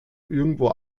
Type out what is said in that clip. irgendwo